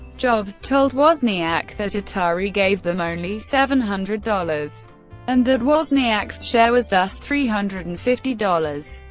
jobs told wozniak that atari gave them only seven hundred dollars and that wozniak's share was thus three hundred and fifty dollars.